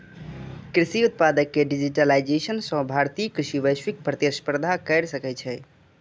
कृषि उत्पाद के डिजिटाइजेशन सं भारतीय कृषि वैश्विक प्रतिस्पर्धा कैर सकै छै